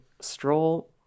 Stroll